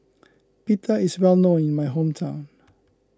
Pita is well known in my hometown